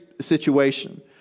situation